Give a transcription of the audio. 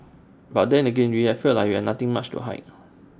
but then again we'll felt like we are nothing much to hide